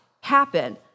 happen